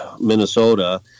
Minnesota